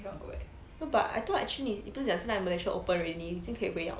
no but I thought actually 你不是讲现在 malaysia open already 已经可以回了